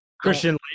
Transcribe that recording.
Christian